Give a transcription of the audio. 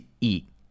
eat